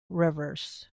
rivers